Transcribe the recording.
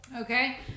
Okay